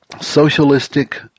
socialistic